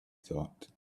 thought